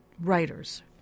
writers